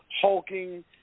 hulking